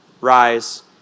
Rise